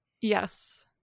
Yes